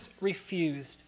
refused